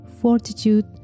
fortitude